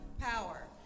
power